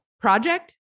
project